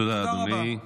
תודה רבה.